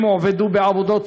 הם הועבדו בעבודות